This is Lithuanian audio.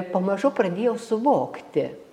pamažu pradėjo suvokti